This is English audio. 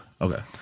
Okay